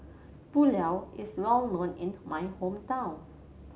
pulao is well known in my hometown